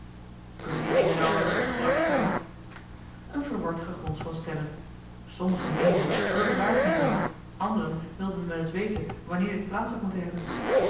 kunnen die dingen er al niet opgebracht zijn een verward gegons van stemmen sommigen joh h been paddeltje de scheepsjongen van michiel de ruijter meenden dat het waar kon zijn anderen wilden wel eens weten wanneer dit plaats had moeten hebben